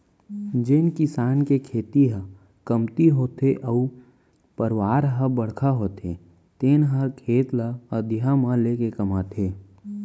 जेन किसान के खेती ह कमती होथे अउ परवार ह बड़का होथे तेने हर खेत ल अधिया म लेके कमाथे